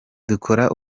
dukora